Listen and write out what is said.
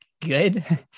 good